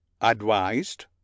Advised